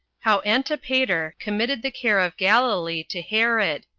how antipater committed the care of galilee to herod,